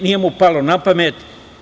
Nije mu palo napamet.